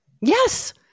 Yes